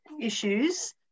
issues